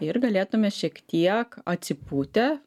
ir galėtume šiek tiek atsipūtę